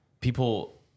people